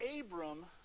Abram